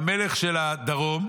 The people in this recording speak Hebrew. המלך של הדרום,